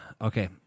Okay